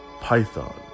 Python